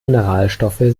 mineralstoffe